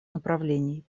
направлений